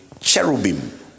cherubim